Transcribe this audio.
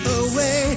away